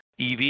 EV